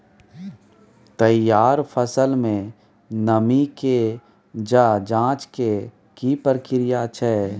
तैयार फसल में नमी के ज जॉंच के की प्रक्रिया छै?